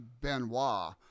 Benoit